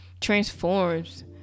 transforms